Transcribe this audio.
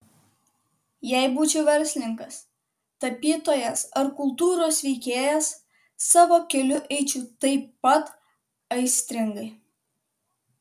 jei būčiau verslininkas tapytojas ar kultūros veikėjas savo keliu eičiau taip pat aistringai